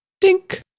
Dink